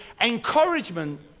encouragement